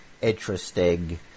interesting